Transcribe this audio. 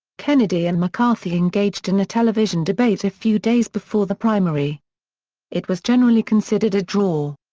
kennedy and mccarthy engaged in a television debate a few days before the primary it was generally considered a draw.